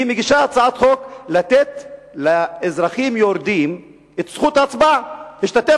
היא מגישה הצעת חוק לתת לאזרחים יורדים את זכות ההצבעה,